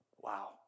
Wow